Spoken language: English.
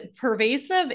pervasive